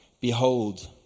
behold